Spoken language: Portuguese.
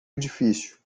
edifício